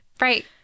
Right